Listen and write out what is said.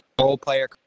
role-player